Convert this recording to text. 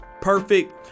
perfect